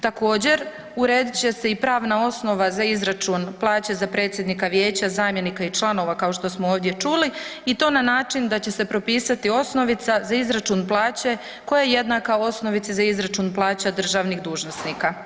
Također uredit će se i pravna osnova za izračun plaće za predsjednika Vijeća, zamjenika i članova kao što smo ovdje čuli i to na način da će se propisati osnovica za izračun plaće koja je jednaka osnovici za izračun plaća državnih dužnosnika.